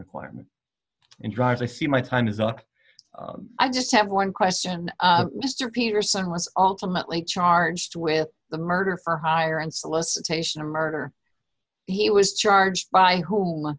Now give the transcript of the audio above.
requirement and drive to see my time is up i just have one question mr peterson was ultimately charged with the murder for hire and solicitation of murder he was charged by